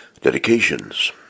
Dedications